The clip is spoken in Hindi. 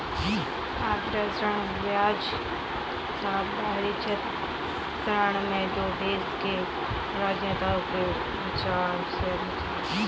अदेय ऋण ब्याज के साथ बाहरी ऋण है जो देश के राजनेताओं के विचार से अधिक है